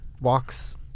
walks